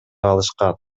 алышкан